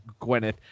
Gwyneth